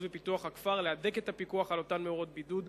ופיתוח הכפר להדק את הפיקוח על אותן מאורות בידוד,